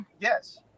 yes